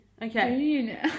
Okay